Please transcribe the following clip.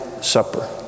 Supper